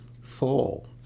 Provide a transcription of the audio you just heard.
fall